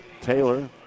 Taylor